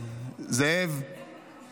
זאב,